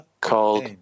called